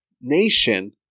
nation